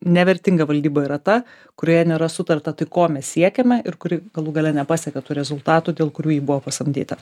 nevertinga valdyba yra ta kurioje nėra sutarta tai ko mes siekiame ir kuri galų gale nepasiekia tų rezultatų dėl kurių ji buvo pasamdyta